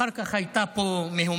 אחר כך הייתה פה מהומה,